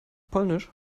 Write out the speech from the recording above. polnisch